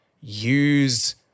use